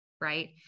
right